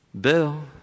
Bill